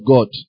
God